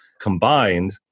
combined